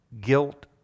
guilt